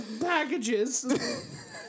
packages